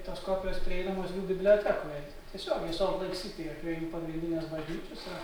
tos kopijos prieinamos jų bibliotekoje tiesiogiai solt leik sityje prie jų pagrindinės bažnyčios yra